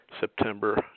September